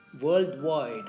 worldwide